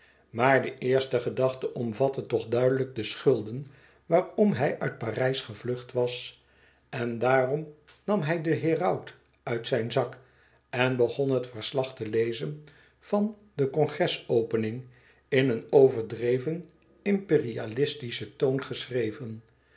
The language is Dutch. maar de eerste gedachte omvatte toch duidelijk de schulden waarom hij uit parijs gevlucht was en daarom nam hij den heraut uit zijn zak en begon het verslag te lezen van de congres opening in een overdreven imperialistischen toon geschreven